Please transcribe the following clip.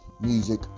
music